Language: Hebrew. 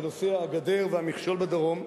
בנושא הגדר והמכשול בדרום,